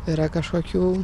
yra kažkokių